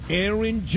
Aaron